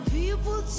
people